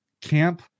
camp